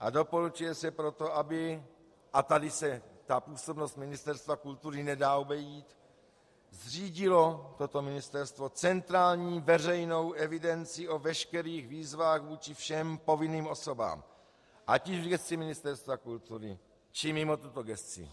Doporučuje se proto, aby a tady se působnost Ministerstva kultury nedá obejít zřídilo toto ministerstvo centrální veřejnou evidenci o veškerých výzvách vůči všem povinným osobám, ať již v gesci Ministerstva kultury, či mimo tuto gesci.